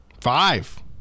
Five